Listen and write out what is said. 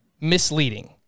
misleading